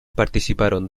participaron